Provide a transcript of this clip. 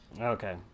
Okay